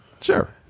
Sure